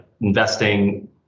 investing